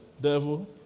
devil